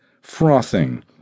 frothing